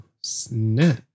snap